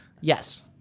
yes